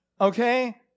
Okay